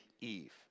Eve